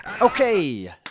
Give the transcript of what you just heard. Okay